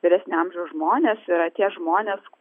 vyresnio amžiaus žmonės yra tie žmonės